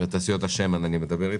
ואני מדבר על